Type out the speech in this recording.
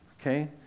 Okay